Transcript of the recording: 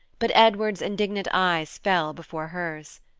but edward's indignant eyes fell before hers.